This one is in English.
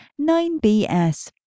9BS